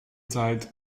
died